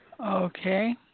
Okay